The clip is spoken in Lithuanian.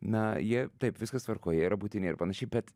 na jie taip viskas tvarkoje jie yra būtini ir panašiai bet